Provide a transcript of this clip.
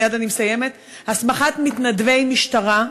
ומייד אני מסיימת: הסמכת מתנדבי משטרה,